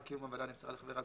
אני מנסה לחשוב אם